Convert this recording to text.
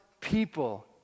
people